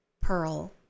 pearl